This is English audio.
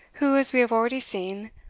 who, as we have already seen,